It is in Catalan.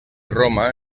roma